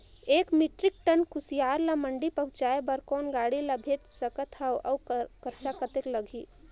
एक metric ton कुसियार ल मंडी पहुंचाय बर कौन गाड़ी मे भेज सकत हव अउ खरचा कतेक लगही?